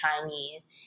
Chinese